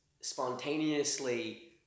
spontaneously